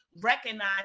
recognize